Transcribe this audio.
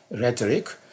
rhetoric